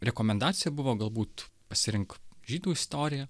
rekomendacija buvo galbūt pasirink žydų istoriją